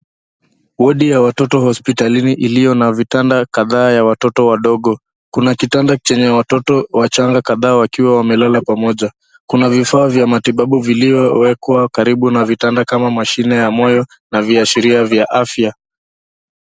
Wodi ya watoto hospitalini iliyo na vitanda kadhaa ya watoto wadogo. Kuna kitanda chenye watoto wachanga kadhaa wakiwa wamelala pamoja. Kuna vifaa vya matibabu viliyowekwa karibu na vitanda kama mashine ya moyo na viashirio vya afya.